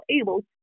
able